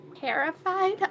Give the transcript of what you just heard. terrified